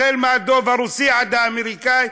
מהדוב הרוסי ועד האמריקני,